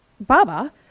Baba